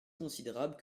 considérable